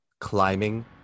climbing